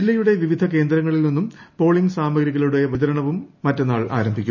ജില്ലയുടെ വിവിധ കേന്ദ്രങ്ങളിൽനിന്നു പോളിങ് സാമഗ്രികളുടെ വിതരണവും മറ്റന്നാൾ ആരംഭിക്കും